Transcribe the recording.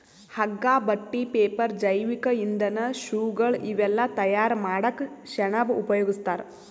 ಹಗ್ಗಾ ಬಟ್ಟಿ ಪೇಪರ್ ಜೈವಿಕ್ ಇಂಧನ್ ಶೂಗಳ್ ಇವೆಲ್ಲಾ ತಯಾರ್ ಮಾಡಕ್ಕ್ ಸೆಣಬ್ ಉಪಯೋಗಸ್ತಾರ್